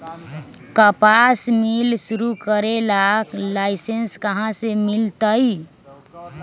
कपास मिल शुरू करे ला लाइसेन्स कहाँ से मिल तय